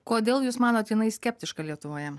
kodėl jūs manot jinai skeptiška lietuvoje